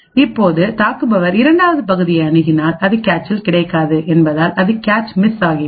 இதேபோல் தாக்குபவர் இரண்டாவது பகுதியை அணுகினால் அது கேச்சில் கிடைக்காது என்பதால் அது கேச் மிஸ் ஆகிவிடும்